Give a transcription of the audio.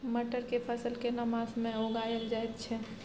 मटर के फसल केना मास में उगायल जायत छै?